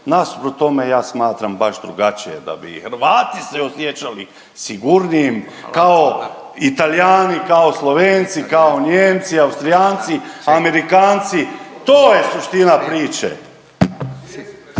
Nasuprot tome ja smatram baš drugačije da bi Hrvati se osjećali sigurnijim kao i Talijani, kao Slovenci, kao Nijemci, Austrijanci, Amerikanci to je suština priče.